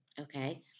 Okay